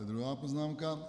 Druhá poznámka.